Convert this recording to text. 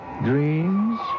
dreams